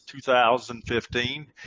2015